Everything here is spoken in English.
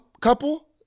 couple